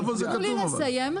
רגע, תנו לי לסיים.